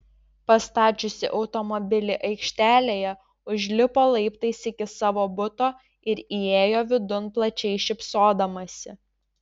pastačiusi automobilį aikštelėje užlipo laiptais iki savo buto ir įėjo vidun plačiai šypsodamasi